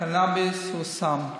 קנביס זה סם,